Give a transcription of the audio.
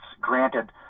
granted